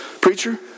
preacher